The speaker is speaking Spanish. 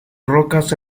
rocas